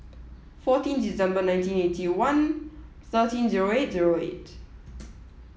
fourteen December nineteen eighty one thirteen zero eight zero eight